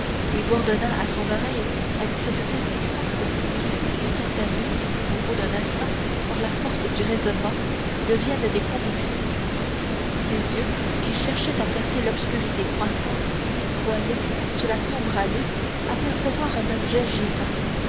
et bourdonna à son oreille avec cette persistance qui fait que certains doutes au bout d'un instant par la force du raisonnement deviennent des convictions ses yeux qui cherchaient à percer l'obscurité croissante croyaient sous la sombre allée apercevoir un objet gisant